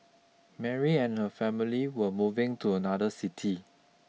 Mary and her family were moving to another city